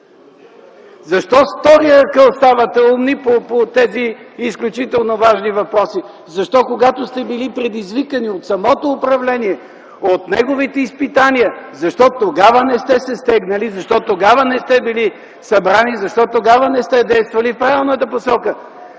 Защо с втория акъл ставате умни по тези изключително важни въпроси? Защо, когато сте били предизвикани от самото управление, от неговите изпитания, защо тогава не сте се стегнали? Защо тогава не сте били събрани? Защо тогава не сте действали в правилната посока?